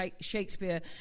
Shakespeare